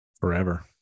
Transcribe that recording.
Forever